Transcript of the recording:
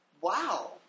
Wow